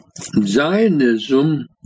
Zionism